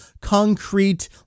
concrete